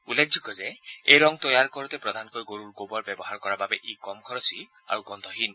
উল্লেখযোগ্য যে এই ৰং তৈয়াৰ কৰোতে প্ৰধানকৈ গৰুৰ গোৱৰ ব্যৱহাৰ কৰাৰ বাবে ই কম খৰচী আৰু গোন্ধহীন